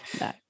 no